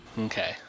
Okay